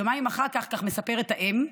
יומיים אחר כך, כך מספרת האם,